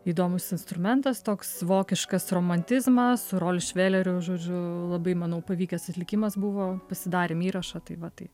įdomus instrumentas toks vokiškas romantizmą su rol šveleriu žodžiu labai manau pavykęs atlikimas buvo pasidarėm įrašą tai va tai